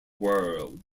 world